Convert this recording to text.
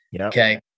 okay